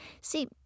See